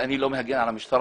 ואני לא מגן על המשטרה,